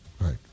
Right